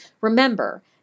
Remember